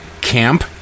camp